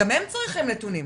גם הם צריכים נתונים.